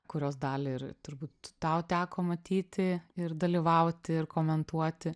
kurios dalį ir turbūt tau teko matyti ir dalyvauti ir komentuoti